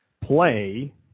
play